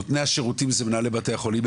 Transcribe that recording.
נותני השירותים זה מנהלי בתי החולים.